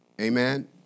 Amen